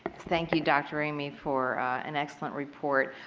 thank you dr. ramey for an excellent report.